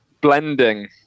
blending